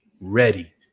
ready